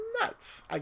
nuts